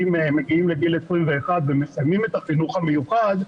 מגיעים לגיל 21 ומסיימים את החינוך המיוחד,